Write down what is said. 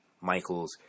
Michaels